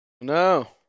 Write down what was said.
No